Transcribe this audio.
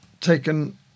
taken